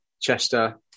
Chester